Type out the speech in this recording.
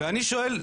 ואני שואל,